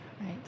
Right